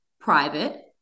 private